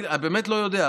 אני באמת לא יודע,